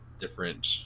different